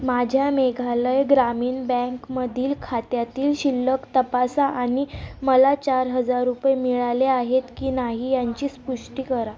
माझ्या मेघालय ग्रामीण बँकमधील खात्यातील शिल्लक तपासा आणि मला चार हजार रुपये मिळाले आहेत की नाही याची पुष्टी करा